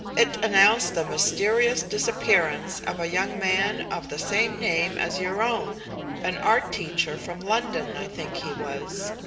it announced the mysterious disappearance of a young man of the same name as your own an art teacher from london, i think he was.